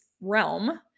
realm